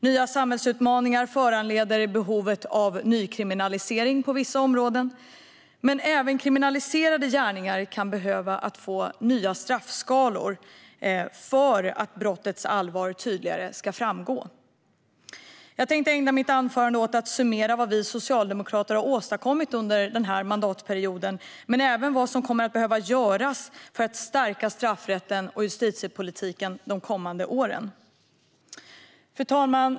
Nya samhällsutmaningar föranleder behovet av nykriminalisering på vissa områden, men även kriminaliserade gärningar kan behöva få nya straffskalor för att brottets allvar tydligare ska framgå. Jag tänkte ägna mitt anförande åt att summera vad vi socialdemokrater har åstadkommit under den här mandatperioden men även vad som kommer att behöva göras för att stärka straffrätten och justitiepolitiken de kommande åren. Fru talman!